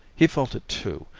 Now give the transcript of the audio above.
he felt it, too,